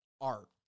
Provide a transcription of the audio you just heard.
art